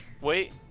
Wait